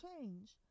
change